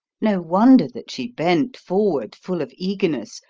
no wonder that she bent forward, full of eagerness,